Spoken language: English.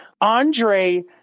Andre